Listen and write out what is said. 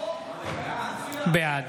בעד